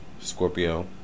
Scorpio